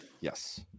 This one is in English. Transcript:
Yes